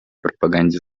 пропаганде